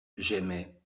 j’aimais